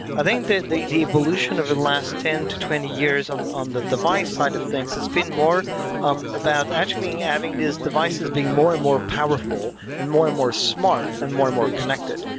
think that the the evolution over the last ten to twenty years on on the device side of things has been more um about actually having this device as being more and more powerful and more and more smart and more more connected,